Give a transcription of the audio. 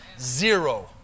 Zero